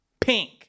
pink